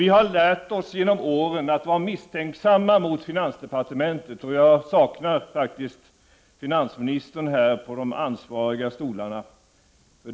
Vi har lärt oss genom åren att vara misstänksamma mot finansdepartementet. Jag saknar finansministern här på de ansvarigas stolar.